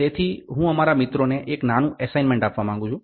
તેથી હું અમારા મિત્રોને એક નાનું એસાઈમેન્ટ આપવા માંગુ છું